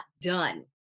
done